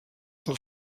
pel